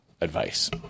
advice